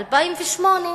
ב-2008,